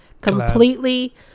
completely